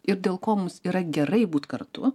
ir dėl ko mums yra gerai būt kartu